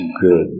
good